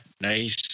nice